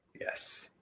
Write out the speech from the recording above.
Yes